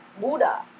Buddha